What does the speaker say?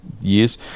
years